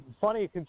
funny